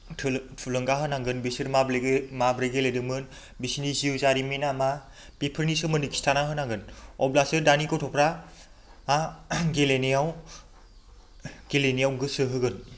थुलुंगा होनांगोन बिसोरो माब्रै गेलेदोंमोन बिसोरनि जिउ जारिमिना मा बेफोरनि सोमोन्दै खिन्थाना होनांगोन अब्लासो दानि गथ'फ्रा गेलेनायाव गेलेनायाव गोसो होगोन